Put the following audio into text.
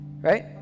Right